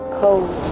cold